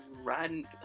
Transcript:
riding